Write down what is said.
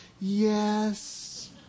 Yes